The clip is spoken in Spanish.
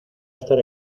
estar